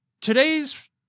Today's